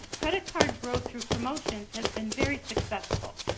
credit card growth through promotions has been very successful.